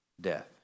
death